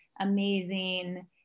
amazing